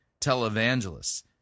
televangelists